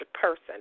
person